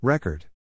Record